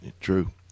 True